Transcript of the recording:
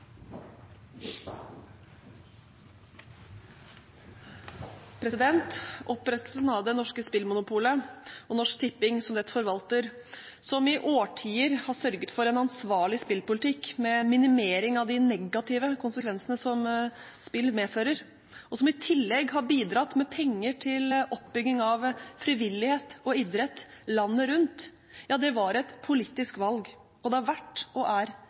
norske spillmonopolet og Norsk Tipping som dets forvalter, som i årtier har sørget for en ansvarlig spillpolitikk med en minimering av de negative konsekvensene som spill medfører, og som i tillegg har bidratt med penger til oppbygging av frivillighet og idrett landet rundt – ja, det var et politisk valg, og det har vært og er